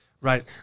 Right